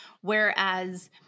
Whereas